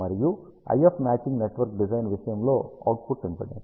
మరియు IF matching network design విషయంలో output impedance